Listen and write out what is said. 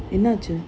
என்னாச்சு:ennaachu